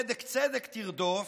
במקום צדק צדק תרדוף,